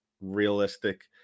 realistic